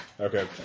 Okay